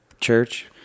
church